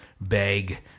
bag